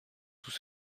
tout